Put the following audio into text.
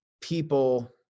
people